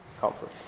comfort